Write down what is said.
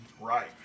Right